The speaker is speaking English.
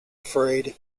afraid